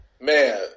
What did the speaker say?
Man